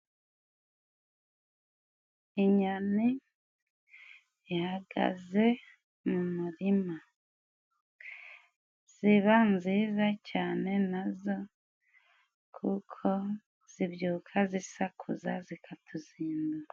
Inyoni ihagaze mu murima, ziba nziza cyane nazo kuko zibyuka zisakuza zikatuzindu.